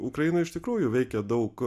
ukrainoj iš tikrųjų veikia daug